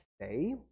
say